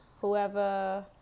Whoever